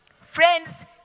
Friends